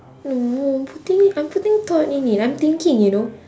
no putting in I'm putting thought in it I'm thinking you know